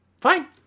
Fine